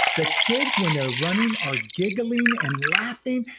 the kids when they're running are giggling and laughing,